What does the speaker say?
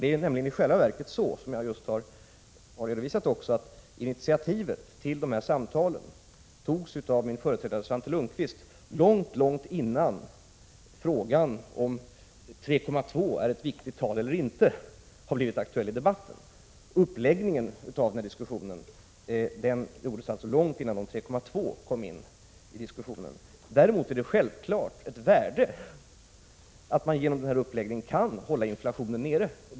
Det är nämligen i själva verket så, som jag just har redovisat, att initiativet till dessa samtal togs av min företrädare Svante Lundkvist långt innan frågan om huruvida 3,2 var ett viktigt tal eller inte blivit aktuell i debatten. Uppläggningen av denna diskussion gjordes långt innan de 3,2 procenten kom in i diskussionen. Däremot är det självfallet värdefullt att man genom denna uppläggning 11 december 1986 kan hålla inflationen nere.